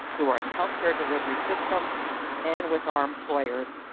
who are the healthcare delivery system and with our employers,